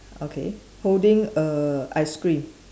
okay holding a ice cream